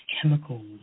chemicals